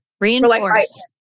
Reinforce